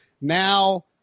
now